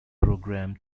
programme